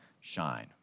shine